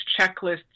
checklists